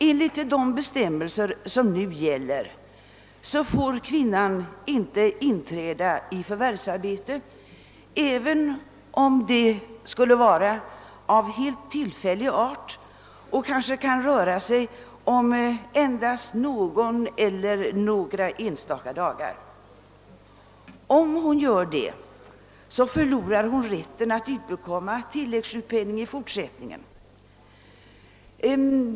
Enligt de bestämmelser som nu gäller får kvinnan inte inträda i förvärvsarbete, även om detta skulle vara av helt tillfällig art och det kanske skulle röra sig om någon enstaka dag. Om hon gör det, förlorar hon rätten att i fortsättningen utbekomma tilläggssjukpenning.